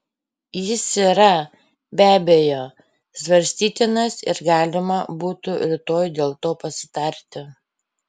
jis yra be abejo svarstytinas ir galima būtų rytoj dėl to pasitarti